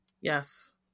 Yes